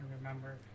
remember